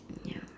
ya